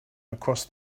across